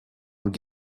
und